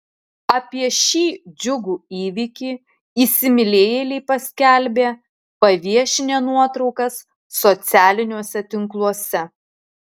apie šį džiugų įvykį įsimylėjėliai paskelbė paviešinę nuotraukas socialiniuose tinkluose